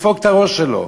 שידפוק את הראש שלו.